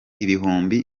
ibihumbi